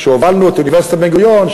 כשהובלנו את אוניברסיטת בן-גוריון,